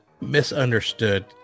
misunderstood